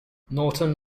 norton